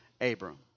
Abram